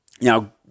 Now